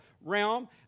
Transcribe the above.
realm